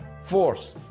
force